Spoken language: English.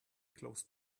close